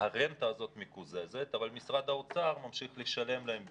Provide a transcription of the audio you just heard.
הרנטה הזאת מקוזזת אבל משרד האוצר ממשיך לשלם להם במקום.